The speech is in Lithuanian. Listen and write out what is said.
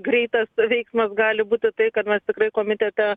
greitas veiksmas gali būti tai kad mes tikrai komitete